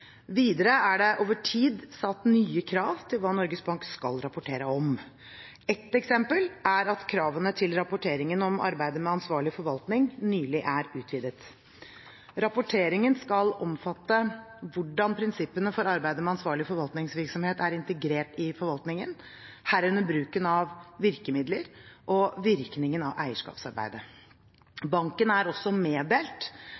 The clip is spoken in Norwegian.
Videre er det over tid satt nye krav til hva Norges Bank skal rapportere om. Ett eksempel er at kravene til rapporteringen om arbeidet med ansvarlig forvaltning nylig er utvidet. Rapporteringen skal omfatte hvordan prinsippene for arbeidet med ansvarlig forvaltningsvirksomhet er integrert i forvaltningen, herunder bruken av virkemidler og virkningen av eierskapsarbeidet. Banken er også meddelt